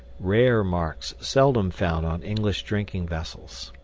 rare marks seldom found on english drinking vessels.